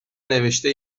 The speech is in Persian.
نوشته